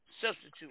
Substitute